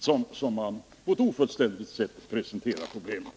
Det är att presentera problemen på ett ofullständigt sätt.